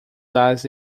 das